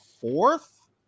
fourth